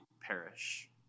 perish